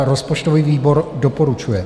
Rozpočtový výbor doporučuje.